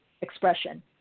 expression